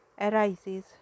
arises